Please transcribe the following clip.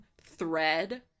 thread